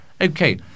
Okay